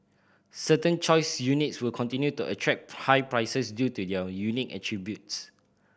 certain choice units will continue to attract high prices due to their unique attributes